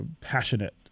passionate